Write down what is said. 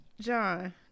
John